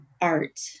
art